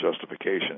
justification